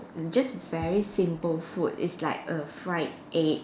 it just very simple food it's like a fried egg